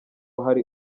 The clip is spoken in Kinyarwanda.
hari